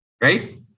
right